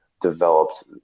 developed